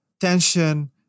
tension